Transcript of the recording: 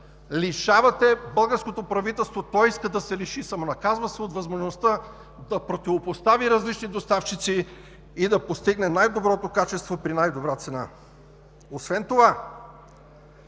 лишавате българското правителство – то иска да се лиши, самонаказва се – от възможността да противопостави различни доставчици и да постигне най-доброто качество при най-добра цена. Освен това